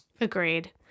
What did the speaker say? Agreed